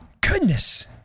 Goodness